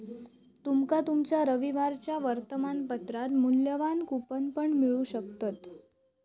तुमका तुमच्या रविवारच्या वर्तमानपत्रात मुल्यवान कूपन पण मिळू शकतत